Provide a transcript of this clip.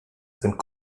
sind